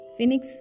Phoenix